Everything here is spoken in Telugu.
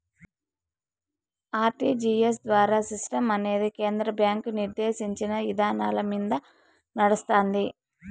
ఆర్టీజీయస్ ద్వారా సిస్టమనేది కేంద్ర బ్యాంకు నిర్దేశించిన ఇదానాలమింద నడస్తాంది